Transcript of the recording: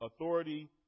authority